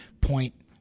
point